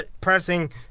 pressing